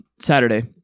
Saturday